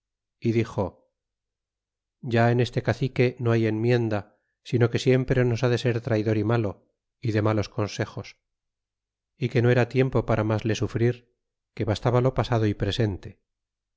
é dixo ya en este cacique no hay enmienda sino que siempre nos ha de ser traydor y malo y de malos consejos y que no era tiempo para mas le sufrir que bastaba lo pasado y presente